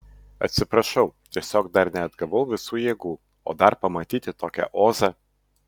atsiprašau tiesiog dar neatgavau visų jėgų o dar pamatyti tokią ozą